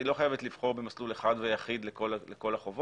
כמובן שהיא לא חייבת לבחור במסלול אחד ויחיד לכל החובות,